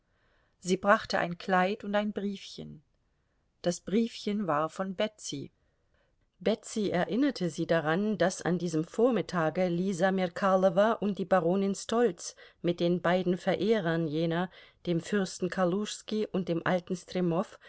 sie brachte ein kleid und ein briefchen das briefchen war von betsy betsy erinnerte sie daran daß an diesem vormittage lisa merkalowa und die baronin stoltz mit den beiden verehrern jener dem fürsten kaluschski und dem alten stremow